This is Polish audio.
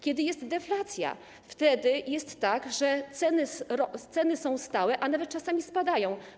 Kiedy jest deflacja, wtedy jest tak, że ceny są stałe, a nawet czasami spadają.